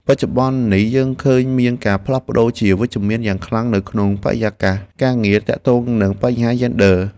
បច្ចុប្បន្ននេះយើងឃើញមានការផ្លាស់ប្តូរជាវិជ្ជមានយ៉ាងខ្លាំងនៅក្នុងបរិយាកាសការងារទាក់ទងនឹងបញ្ហាយេនឌ័រ។